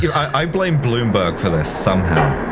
you know i i blame bloomberg for this. somehow.